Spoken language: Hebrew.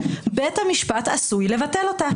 בית המשפט עשוי לבטל אותה.